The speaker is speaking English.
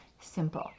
simple